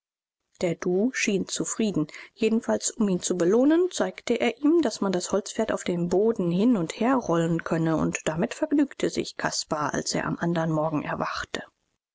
der du schien zufrieden jedenfalls um ihn zu belohnen zeigte er ihm daß man das holzpferd auf dem boden hin und her rollen könne und damit vergnügte sich caspar als er am andern morgen erwachte